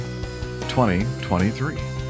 2023